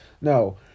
No